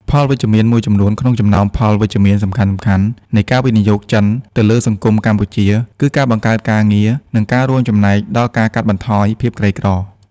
ផលវិជ្ជមានមួយក្នុងចំណោមផលវិជ្ជមានសំខាន់ៗនៃការវិនិយោគចិនទៅលើសង្គមកម្ពុជា គឺការបង្កើតការងារ និងការរួមចំណែកដល់ការកាត់បន្ថយភាពក្រីក្រ។